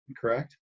correct